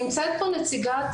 נמצאת פה נציגת